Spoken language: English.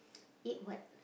eat what